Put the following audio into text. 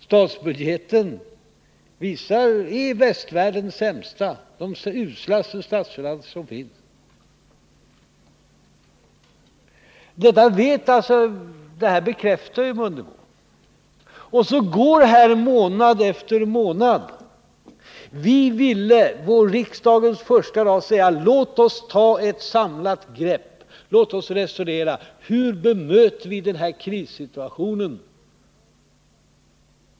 Statsbudgeten visar de i västvärlden uslaste statsfinanser som finns. Det här bekräftar ju Ingemar Mundebo. Och så går månad efter månad. Vi ville på riksmötets första dag säga: Låt oss ta ett samlat grepp! Låt Åtgärder för att stabilisera ekono oss resonera: Hur bemöter vi den här krissituationen?